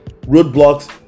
roadblocks